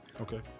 Okay